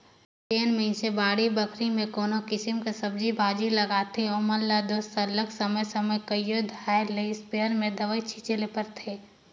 जेन मइनसे बाड़ी बखरी में कोनो किसिम कर सब्जी भाजी लगाथें ओमन ल दो सरलग समे समे कइयो धाएर ले इस्पेयर में दवई छींचे ले परथे